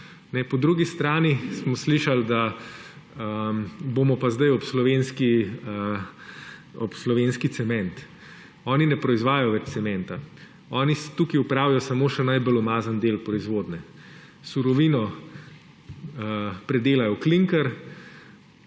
Po drugi strani smo slišali, da bomo pa zdaj ob slovenski cement. Oni ne proizvajajo več cementa. Oni tukaj opravijo samo še najbolj umazan del proizvodnje. Surovino predelajo v klinker,